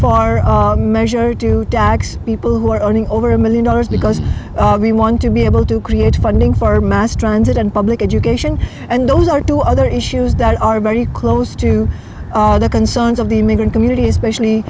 for measure to tax people who are earning over a million dollars because we want to be able to create funding for mass transit and public education and those are two other issues that are very close to the concerns of the immigrant community especially